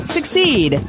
Succeed